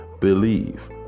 believe